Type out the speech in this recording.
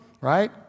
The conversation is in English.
right